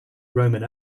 roman